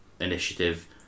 initiative